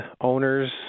owners